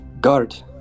Guard